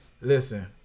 listen